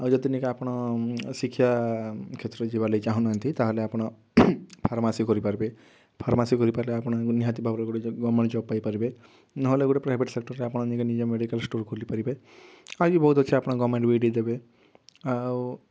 ଆଉ ଯଦି ଆପଣ ଶିକ୍ଷା କ୍ଷେତ୍ରରେ ଯିବା ଲାଗି ଚାହୁଁନାହାଁନ୍ତି ତା'ହେଲେ ଆପଣ ଫାର୍ମାସି କରିପାରିବେ ଫାର୍ମାସି କରିପାରିଲେ ଆପଣ ନିହାତି ଭାବରେ ଗୋଟେ ଗଭର୍ନମେଣ୍ଟ ଜବ୍ ପାଇପାରିବେ ନହେଲେ ଗୋଟେ ପ୍ରାଇଭେଟ୍ ସେକ୍ଟର୍ରେ ଆପଣ ନିଜେ ନିଜେ ମେଡ଼ିକାଲ୍ ଷ୍ଟୋର୍ ଖୋଲିପାରିବେ ଆହୁରି ବହୁତ ଅଛି ଆପଣ ଗଭର୍ନମେଣ୍ଟ ବି ଦେଇ ଦେବେ ଆଉ